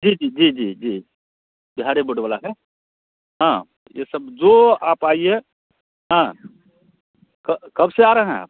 जी जी जी जी जी बिहारी बोर्ड वाला है हाँ ये सब जो आप आइए हाँ कब से आ रहे हैं